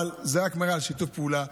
אבל זה רק מראה על שיתוף פעולה,